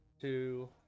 two